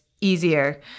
easier